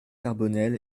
carbonel